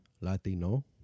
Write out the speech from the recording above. Latino